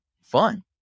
fun